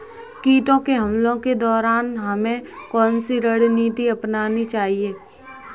कीटों के हमलों के दौरान हमें कौन सी रणनीति अपनानी चाहिए?